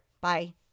Bye